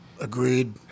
agreed